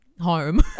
home